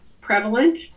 prevalent